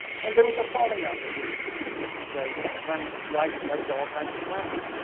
and there was a falling out between the sisters because when calamity's life led to all kinds of calamity,